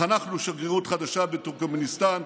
חנכנו שגרירות חדשה בטורקמניסטן,